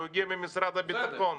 הוא הגיע ממשרד הביטחון.